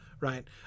right